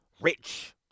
rich